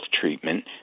treatment